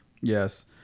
Yes